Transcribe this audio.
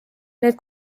need